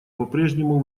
попрежнему